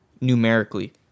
numerically